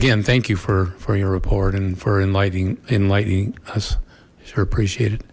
again thank you for for your report and for enlighting enlightening us her appreciated